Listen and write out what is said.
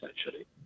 essentially